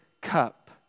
cup